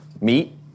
meet